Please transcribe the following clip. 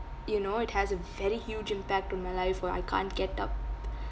you know it has a very huge impact to my life where I can't get up